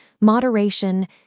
moderation